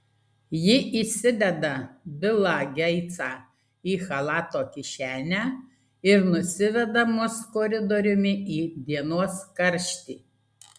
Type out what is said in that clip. ji įsideda bilą geitsą į chalato kišenę ir nusiveda mus koridoriumi į dienos karštį